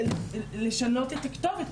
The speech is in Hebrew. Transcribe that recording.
לשנות את הכתובת,